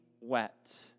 wet